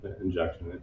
injection